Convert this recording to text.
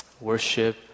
worship